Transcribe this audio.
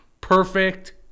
perfect